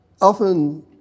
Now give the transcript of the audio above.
often